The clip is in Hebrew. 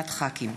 דב חנין,